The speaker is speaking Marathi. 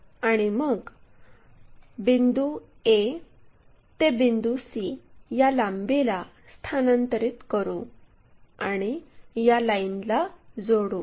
आणि मग बिंदू a ते बिंदू c या लांबीला स्थानांतरित करू आणि या लाईनला जोडू